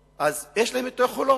אז יש להם את היכולות.